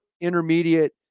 intermediate